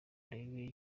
urebe